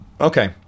Okay